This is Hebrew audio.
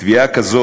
תביעה כזו,